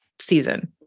season